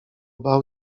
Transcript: bał